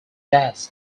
jazz